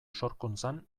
sorkuntzan